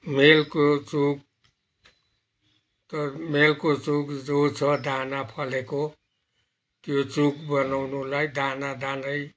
मेलको चुक त मेलको चुक जो छ दाना फलेको त्यो चुक बनाउनुलाई दाना दानै